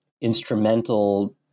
instrumental